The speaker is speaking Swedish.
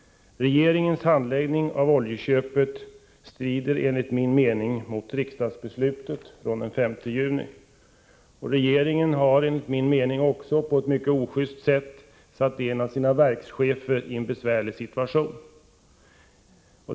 Regeringens handläggning av oljeköpet strider enligt min mening mot riksdagsbeslutet från den 5 juni. Vidare har regeringen enligt min uppfattning på ett mycket ojust sätt försatt en av sina verkschefer i en besvärlig situation.